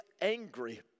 angry